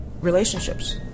relationships